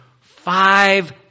five